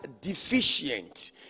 deficient